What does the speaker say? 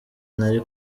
nari